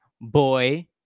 Boy